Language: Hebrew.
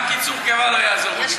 גם קיצור קיבה לא יעזור.